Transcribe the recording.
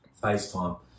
FaceTime